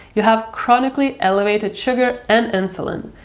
you have chronically elevated sugar and insulin.